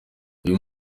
uyu